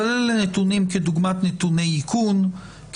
אלא אלה נתונים כדוגמת נתוני איכון,